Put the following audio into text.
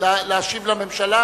להשיב לממשלה?